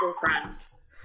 friends